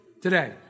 today